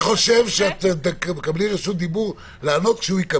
כי כרגע אנחנו מסתכלים על נתונים של אנשים שהיתה להם